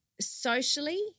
socially